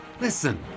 Listen